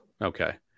Okay